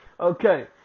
Okay